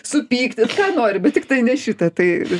supyktis ką nori bet tiktai ne šitą tai